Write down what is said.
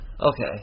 Okay